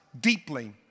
deeply